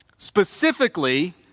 specifically